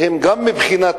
מבחינת